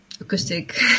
acoustic